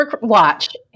Watch